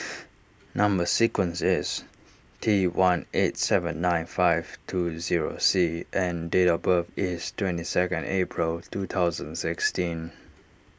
Number Sequence is T one eight seven nine five two zero C and date of birth is twenty second April two thousand sixteen